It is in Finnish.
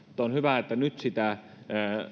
on hyvä että nyt sitä